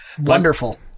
wonderful